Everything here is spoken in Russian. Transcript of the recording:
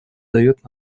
дает